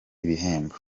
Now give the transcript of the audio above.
ibihembo